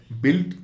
built